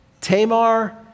Tamar